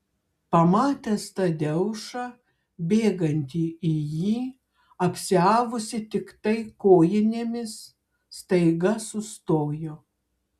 pamatęs tadeušą bėgantį į jį apsiavusį tiktai kojinėmis staiga sustojo